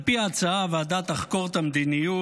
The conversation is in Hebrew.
על פי ההצעה, הוועדה תחקור את מדיניות